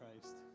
Christ